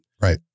Right